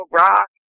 rock